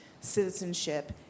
citizenship